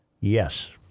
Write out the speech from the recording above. Yes